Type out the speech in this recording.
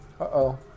Uh-oh